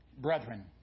Brethren